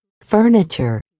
furniture